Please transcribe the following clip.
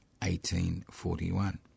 1841